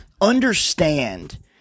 understand